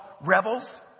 rebels